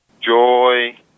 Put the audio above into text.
joy